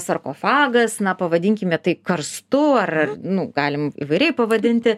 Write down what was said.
sarkofagas na pavadinkime tai karstu ar ar nu galim įvairiai pavadinti